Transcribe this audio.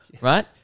right